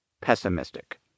pessimistic